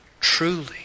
Truly